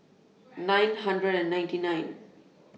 nine hundred and ninety nine